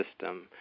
system